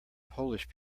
polish